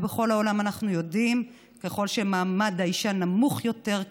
ובכל העולם אנחנו יודעים שככל שמעמד האישה נמוך יותר,